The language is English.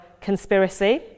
conspiracy